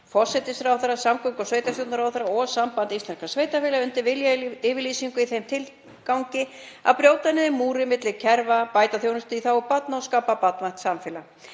forsætisráðherra, samgöngu- og sveitarstjórnarráðherra og Samband íslenskra sveitarfélaga undir viljayfirlýsingu í þeim tilgangi að brjóta niður múra milli kerfa, bæta þjónustu í þágu barna og skapa barnvænt samfélag.